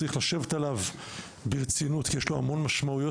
צריך לשבת עליו ברצינות כי יש לו הרבה משמעויות.